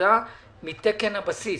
להשתתפותה מתקן הבסיס,